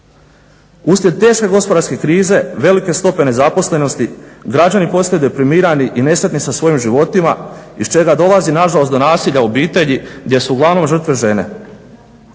Uslijed teške gospodarske krize velike stope nezaposlenosti građani postaju deprimirani i nesretni sa svojim životima iz čega dolazi do nasilja u obitelji gdje su uglavnom žrtve žene.